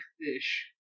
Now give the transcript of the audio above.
fish